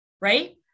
Right